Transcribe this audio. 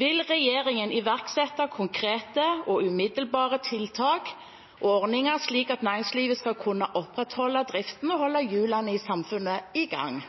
Vil regjeringen iverksette konkrete og umiddelbare tiltak og ordninger, slik at næringslivet skal kunne opprettholde driften og holde hjulene i samfunnet i gang?»